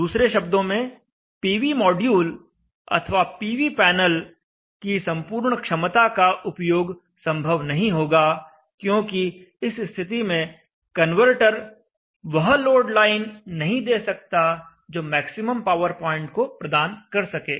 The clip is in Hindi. दूसरे शब्दों में पीवी माड्यूल अथवा पीवी पैनल की संपूर्ण क्षमता का उपयोग संभव नहीं होगा क्योंकि इस स्थिति में कन्वर्टर वह लोड लाइन नहीं दे सकता जो मैक्सिमम पावर पॉइंट को प्रदान कर सके